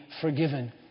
forgiven